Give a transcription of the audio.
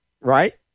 Right